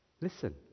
Listen